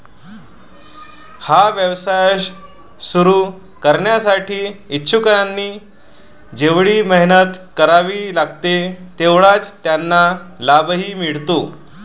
हा व्यवसाय सुरू करण्यासाठी इच्छुकांना जेवढी मेहनत करावी लागते तेवढाच त्यांना लाभही मिळतो